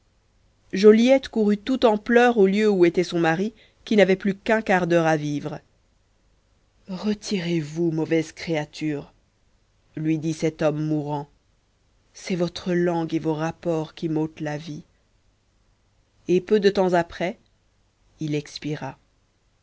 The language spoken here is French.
joliette courut tout en pleurs au lieu où était son mari qui n'avait plus qu'un quart-d'heure à vivre retirez-vous mauvaise créature lui dit cet homme mourant c'est votre langue et vos rapports qui m'ôtent la vie et peu de temps après il expira